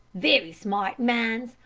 very smart mans!